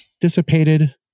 dissipated